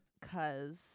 cause